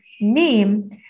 name